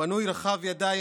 פנוי ורחב ידיים,